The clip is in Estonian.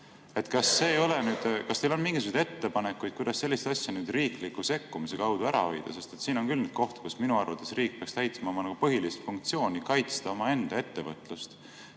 Kas teil on mingisuguseid ettepanekuid, kuidas selliseid asju riikliku sekkumise kaudu ära hoida? Siin on küll koht, kus minu arvates peaks riik täitma oma põhilist funktsiooni kaitsta omaenda ettevõtlust